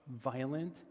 violent